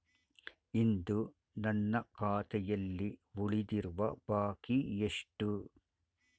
ಇಂದು ನನ್ನ ಖಾತೆಯಲ್ಲಿ ಉಳಿದಿರುವ ಬಾಕಿ ಎಷ್ಟು?